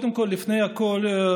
קודם כול ולפני הכול,